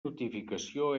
notificació